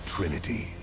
Trinity